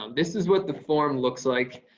um this is what the form looks like.